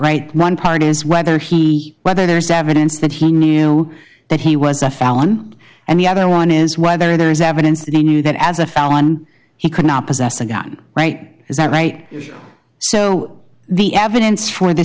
right one part is whether he whether there's evidence that he knew that he was a felon and the other one is whether there is evidence that he knew that as a felon he cannot possess a gun right is that right so the evidence for the